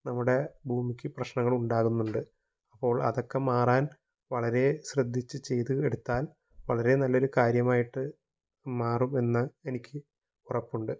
നമ്മുടെ ഭൂമിക്ക് പ്രശ്നങ്ങളുണ്ടാവുന്നുണ്ട് അപ്പോള് അതൊക്കെ മാറാന് വളരെ ശ്രദ്ധിച്ച് ചെയ്ത് എടുത്താല് വളരെ നല്ലൊരു കാര്യമായിട്ട് മാറും എന്ന് എനിക്ക് ഉറപ്പുണ്ട്